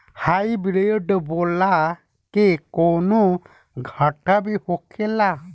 Hybrid बोला के कौनो घाटा भी होखेला?